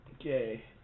Okay